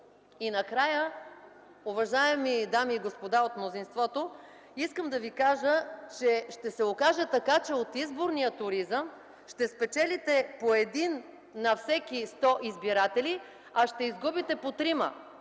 И накрая, уважаеми дами и господа от мнозинството, искам да ви кажа, че ще се окаже така, че от изборния туризъм ще спечелите по един на всеки сто избиратели, а ще изгубите по трима